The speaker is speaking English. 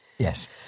Yes